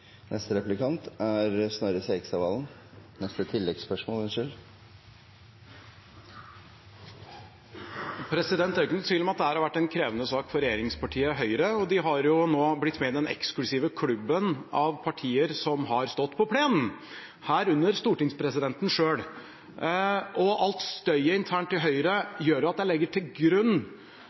Snorre Serigstad Valen – til oppfølgingsspørsmål. Det er ikke noen tvil om at dette har vært en krevende sak for regjeringspartiet Høyre, og de har jo nå blitt med i den eksklusive klubben av partier som har stått på plenen, herunder stortingspresidenten selv. All støyen internt i Høyre gjør at jeg legger til grunn